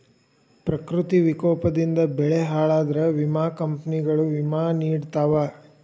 ಪ್ರಕೃತಿ ವಿಕೋಪದಿಂದ ಬೆಳೆ ಹಾಳಾದ್ರ ವಿಮಾ ಕಂಪ್ನಿಗಳು ವಿಮಾ ನಿಡತಾವ